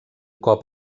cop